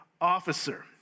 officer